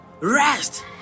rest